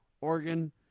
Oregon